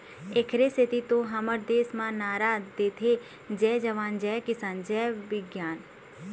एखरे सेती तो हमर देस म नारा देथे जय जवान, जय किसान, जय बिग्यान